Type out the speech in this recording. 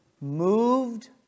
moved